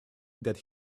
that